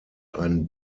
ein